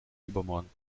übermorgen